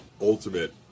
ultimate